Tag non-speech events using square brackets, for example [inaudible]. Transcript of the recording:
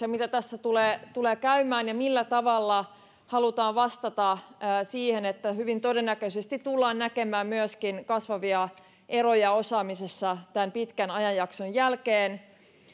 [unintelligible] ja sen mitä tässä tulee tulee käymään ja millä tavalla halutaan vastata siihen että hyvin todennäköisesti tullaan näkemään myöskin kasvavia eroja osaamisessa tämän pitkän ajanjakson jälkeen